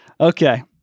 Okay